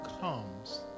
comes